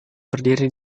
berdiri